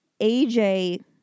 aj